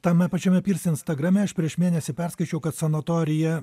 tame pačiame pirs instagrame aš prieš mėnesį perskaičiau kad sanatorija